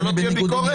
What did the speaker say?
שלא תהיה ביקורת?